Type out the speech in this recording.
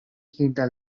hinda